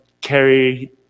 carry